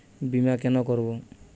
বিমা কেন করব?